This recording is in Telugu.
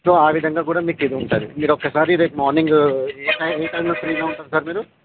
సో ఆ విధంగా కూడా మీకు ఇది ఉంటుంది మీరు ఒక్కసారి రేపు మార్నింగ్ ఏ టైం ఏ టైంలో ఫ్రీగా ఉంటారు సార్ మీరు